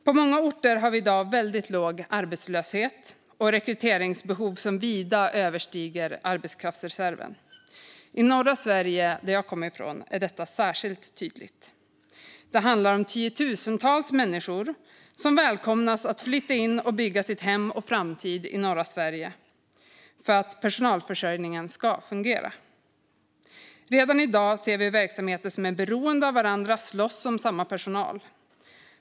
På många orter har vi i dag väldigt låg arbetslöshet och rekryteringsbehov som vida överstiger arbetskraftsreserven. I norra Sverige, där jag kommer ifrån, är detta särskilt tydligt. Det handlar om tiotusentals människor som välkomnas att flytta in och bygga sitt hem och framtid i norra Sverige för att personalförsörjningen ska fungera. Redan i dag ser vi hur verksamheter som är beroende av varandra slåss om samma personal.